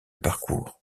parcours